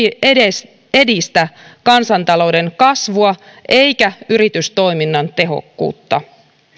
edes edistä kansantalouden kasvua eikä yritystoiminnan tehokkuutta